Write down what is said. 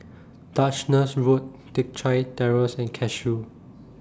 Duchess Road Teck Chye Terrace and Cashew